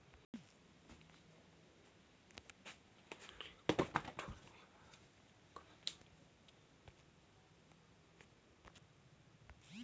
कयोठन बीमा कंपनी हर अपन यातरा बीमा मे देस अउ बिदेस यातरा दुनो किसम ला समिल करे रथे